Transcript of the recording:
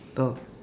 the